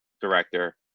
director